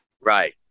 right